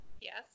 Yes